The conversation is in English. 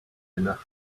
enough